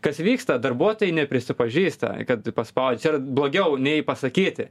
kas vyksta darbuotojai neprisipažįsta kad paspaudžia čia yra blogiau nei pasakyti